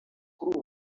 kuri